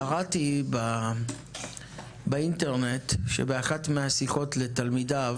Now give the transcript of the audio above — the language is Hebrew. קראתי באינטרנט שבאחת מהשיחות עם תלמידיו